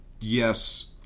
yes